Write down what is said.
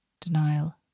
Denial